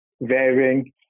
varying